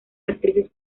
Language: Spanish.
actrices